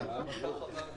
ועדת חקירה ממלכתית.